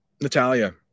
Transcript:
Natalia